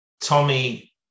Tommy